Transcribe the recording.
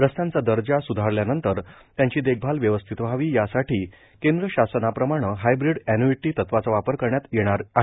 रस्त्यांचा दर्जा सुधारल्यानंतर त्याची देखभाल व्यवस्थित व्हावीए यासाठी केंद्र शासनाप्रमाणे हायब्रिड एन्युइटी तत्वाचा वापर राज्यात करण्यात येत आहे